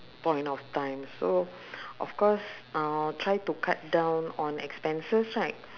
point of time so of course I will try to cut down on expenses right